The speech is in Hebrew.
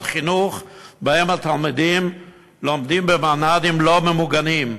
חינוך שבהם התלמידים לומדים במנ"דים לא ממוגנים.